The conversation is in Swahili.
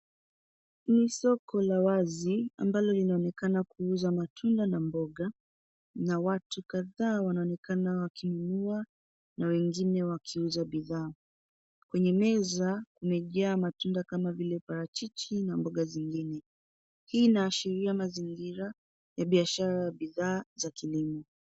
Ni soko la wazi ambalo linaonekana kuuza matunda na mboga, na watu kadhaa wanaonekana wakinunua na wengine wakiuza bidhaa. Kwenye meza kumejaa matunda kama vile parachichi na mboga zingine. Hii inaashiria mazingira ya biashara ya bidhaa za kilimo.